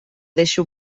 deixo